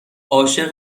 عاشق